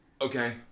Okay